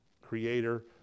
creator